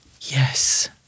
Yes